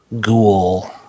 ghoul